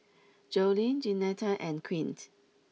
Joleen Jeanetta and Quint